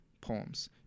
poems